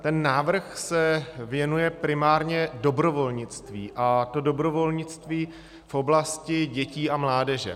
Ten návrh se věnuje primárně dobrovolnictví, a to dobrovolnictví v oblasti dětí a mládeže.